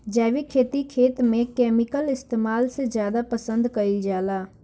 जैविक खेती खेत में केमिकल इस्तेमाल से ज्यादा पसंद कईल जाला